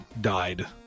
died